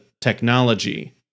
technology